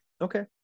Okay